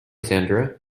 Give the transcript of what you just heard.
sandra